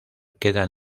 quedan